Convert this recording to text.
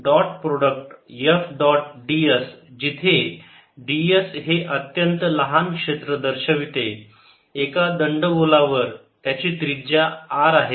dot product F dot ds जिथे ds हे अत्यंत लहान क्षेत्र दर्शवते एका दंडगोला वर त्याची त्रिज्या R आहे